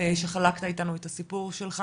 שחלקת איתנו את הסיפור שלך